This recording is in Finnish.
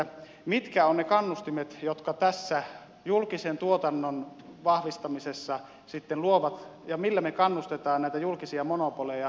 mitkä ovat ne kannustimet jotka tässä julkisen tuotannon vahvistamisessa sitten luodaan ja millä me kannustamme näitä julkisia monopoleja tehokkaaseen palvelutuotantoon